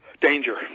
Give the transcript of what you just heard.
danger